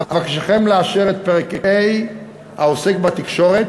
אבקשכם לאשר את פרק ה' העוסק בתקשורת